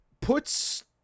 puts